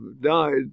died